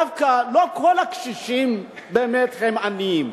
לא כל הקשישים הם באמת עניים,